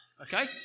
Okay